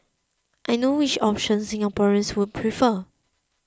I know which option Singaporeans would prefer